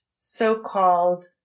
so-called